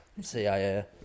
CIA